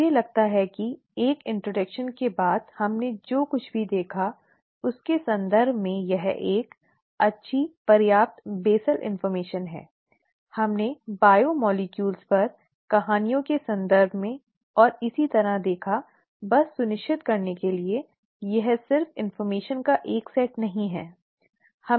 मुझे लगता है कि एक परिचय के बाद हमने जो कुछ भी देखा उसके संदर्भ में यह एक अच्छी पर्याप्त आधारभूत जानकारी है हमने बायोमोलेकुलस पर कहानियों के संदर्भ में और इसी तरह देखा बस सुनिश्चित करने के लिए यह सिर्फ जानकारी का एक सेट नहीं है